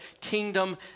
kingdom